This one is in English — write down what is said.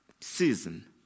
Season